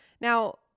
Now